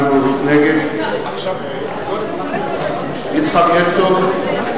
נגד יצחק הרצוג,